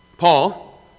Paul